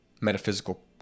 metaphysical